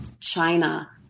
China